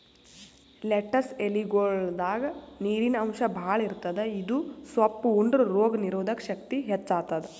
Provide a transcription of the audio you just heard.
lettuce ಎಲಿಗೊಳ್ದಾಗ್ ನೀರಿನ್ ಅಂಶ್ ಭಾಳ್ ಇರ್ತದ್ ಇದು ಸೊಪ್ಪ್ ಉಂಡ್ರ ರೋಗ್ ನೀರೊದಕ್ ಶಕ್ತಿ ಹೆಚ್ತಾದ್